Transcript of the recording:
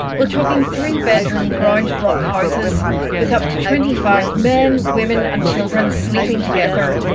we're talking three-bedroom ground block houses with up to twenty five men, women and children sleeping together,